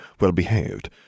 well-behaved